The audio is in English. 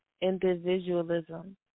individualism